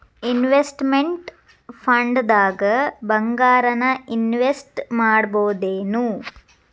Investment ಫಂಡ್ದಾಗ್ ಭಂಗಾರಾನ invest ಮಾಡ್ಬೊದೇನು?